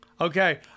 Okay